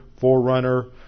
forerunner